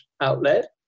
outlet